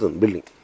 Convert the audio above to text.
building